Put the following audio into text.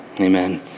Amen